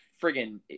friggin